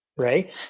right